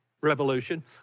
revolution